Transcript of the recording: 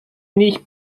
nicht